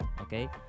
okay